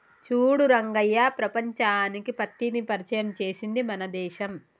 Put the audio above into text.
చూడు రంగయ్య ప్రపంచానికి పత్తిని పరిచయం చేసింది మన దేశం